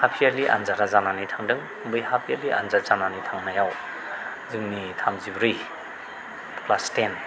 half यारलि आनजादा जानानै थांदों बै हाफ यारलि आनजाद जानानै थांनायाव जोंनि थामजिब्रै क्लास टेन